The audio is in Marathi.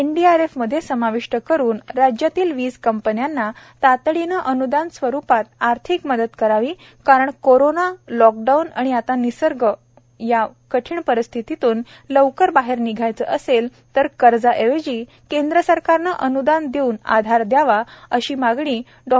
राष्ट्रीय आपदा निवारण निधी मध्ये समाविष्ट करून राज्यातील वीज कंपन्याना तातडीने अनुदान स्वरूपात आर्थिक मदत करावी कारण कोरोना लॉकडाऊन आणि आता निसर्ग वादळ या कठीण परिस्थितीतून लवकर बाहेर निघायचे असेल तर कर्जा ऐवजी केंद्र सरकारने अनुदान देऊन आधार द्यावा अशी मागणी डॉ